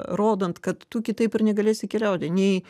rodant kad tu kitaip ir negalėsi keliauti nei